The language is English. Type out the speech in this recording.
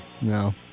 No